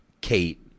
Kate